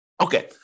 Okay